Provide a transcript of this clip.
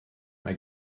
mae